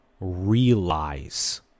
Realize